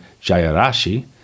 Jayarashi